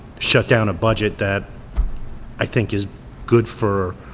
shutdown a budget that i think is good for